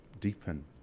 deepen